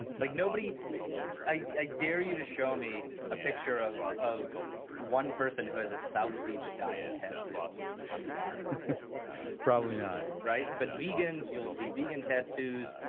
and like nobody i dare you to show me a picture of of one person who has a south beach diet tattoo on the body probably not right? but vegans you'll see, vegan tattoos,